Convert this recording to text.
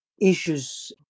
issues